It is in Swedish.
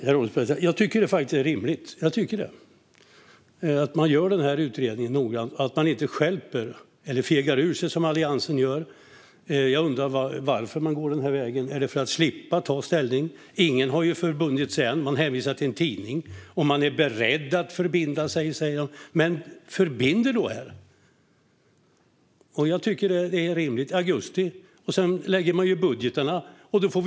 Herr ålderspresident! Det tycker jag faktiskt är rimligt. Det är rimligt att man gör utredningen noggrant och inte stjälper det hela eller fegar ur som Alliansen gör. Jag undrar varför de går denna väg. Är det för att slippa ta ställning? Ingen har ju ännu förbundit sig vid något. Det hänvisas till en tidning. De säger att de är beredda att förbinda sig - men gör då det! Augusti tycker jag vore rimligt. Sedan ska ju budgetförslag läggas fram.